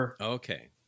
Okay